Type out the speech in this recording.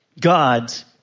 God's